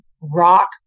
rock